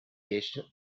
pieśń